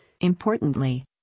Importantly